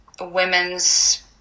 women's